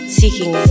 seeking